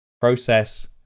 process